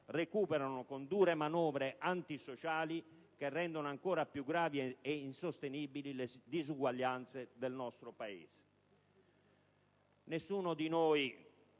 recuperano con dure manovre antisociali che rendono ancora più gravi e insostenibili le disuguaglianze del nostro Paese.